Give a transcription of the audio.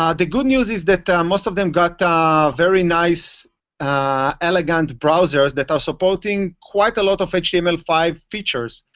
the good news is that most of them got very nice elegant browsers that are supporting quite a lot of h t m l five features.